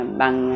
bằng